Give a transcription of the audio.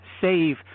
save